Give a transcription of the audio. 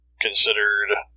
considered